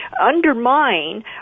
undermine